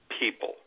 people